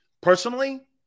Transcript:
Personally